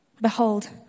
Behold